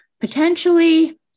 potentially